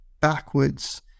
backwards